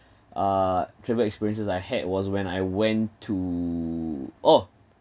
uh travel experiences I had was when I went to oh